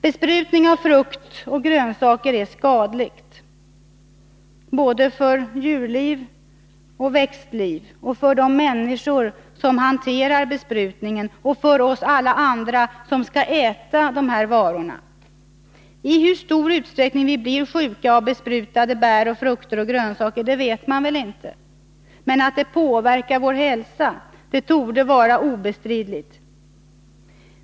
Besprutning av frukt och grönsaker är skadlig både för djurliv och för växtliv liksom också för de människor som hanterar besprutningen och för oss alla som skall äta dessa varor. I hur stor utsträckning vi blir sjuka av besprutade bär, frukter och grönsaker vet man väl inte, men att det påverkar vår hälsa torde vara obestridligt.